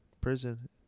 prison